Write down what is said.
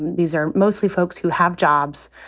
these are mostly folks who have jobs.